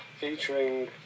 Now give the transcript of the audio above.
Featuring